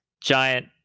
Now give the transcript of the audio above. giant